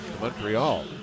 Montreal